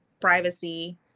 privacy